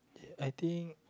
I think